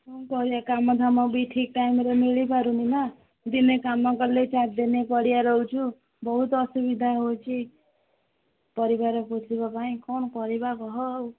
କ'ଣ କରିବା କାମ ଦାମ ବି ଠିକ୍ ଟାଇମ୍ରେ ମିଳିପାରୁନି ନା ଦିନେ କାମ କଲେ ଚାରି ଦିନ ପଡ଼ିଆ ରହୁଛୁ ବହୁତ ଅସୁବିଧା ହେଉଛି ପରିବାର ପୋଶିବା ପାଇଁ କ'ଣ କରିବା କହ ଆଉ